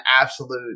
absolute